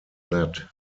net